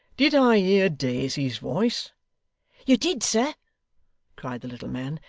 did i hear daisy's voice you did, sir cried the little man.